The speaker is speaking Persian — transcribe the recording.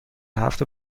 هفت